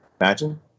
imagine